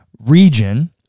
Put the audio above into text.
region